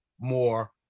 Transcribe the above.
more